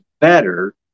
better